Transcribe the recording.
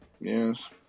Yes